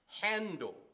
handle